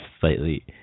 slightly